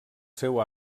seu